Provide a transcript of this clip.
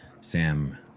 Sam